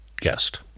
guest